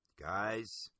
guys